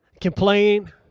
complain